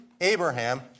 Abraham